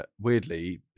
weirdly